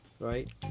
Right